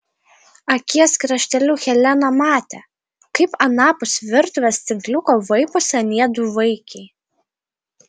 akies krašteliu helena matė kaip anapus virtuvės tinkliuko vaiposi anie du vaikiai